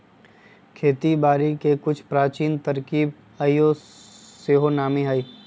खेती बारिके के कुछ प्राचीन तरकिब आइयो सेहो नामी हइ